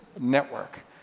network